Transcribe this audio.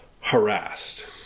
harassed